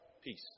peace